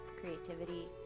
creativity